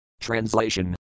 Translation